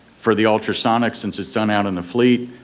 for the ultrasonic, since it's done out on the fleet,